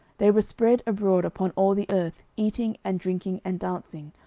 they were spread abroad upon all the earth, eating and drinking, and dancing,